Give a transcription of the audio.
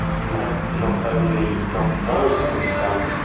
you have to not only not know how it's done,